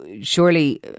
surely